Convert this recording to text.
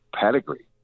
pedigree